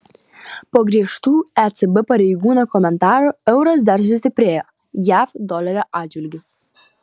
po griežtų ecb pareigūno komentarų euras dar sustiprėjo jav dolerio atžvilgiu